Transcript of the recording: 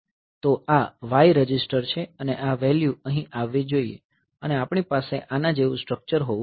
તો આ y register છે અને આ વેલ્યુ અહીં આવવી જોઈએ અને આપણી પાસે આના જેવું સ્ટ્રકચર હોવું જોઈએ